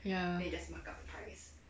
ya